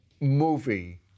movie